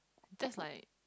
just like